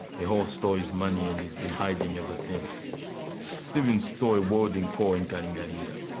a hoe stole his money and he's been hiding ever since steven stole a welding core in kalingalinga.